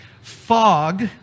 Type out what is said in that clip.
Fog